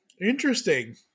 Interesting